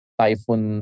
typhoon